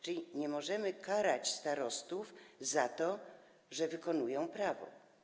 Czyli nie możemy karać starostów za to, że wykonują prawo.